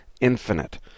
infinite